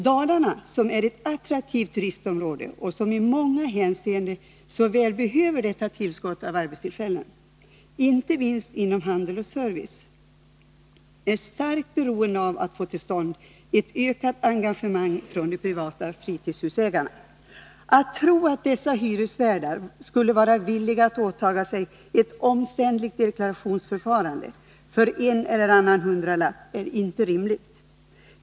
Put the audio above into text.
Dalarna, som är ett attraktivt turistområde och som i många hänseenden så väl behöver detta tillskott av arbetstillfällen — inte minst inom handelsoch serviceområdet — är starkt beroende av att få till stånd ett ökat engagemang från de privata fritidshusägarna. Att tro att dessa hyresvärdar skulle vara villiga att underkasta sig ett omständligt deklarationsförfarande för en eller annan hundralapp är inte rimligt.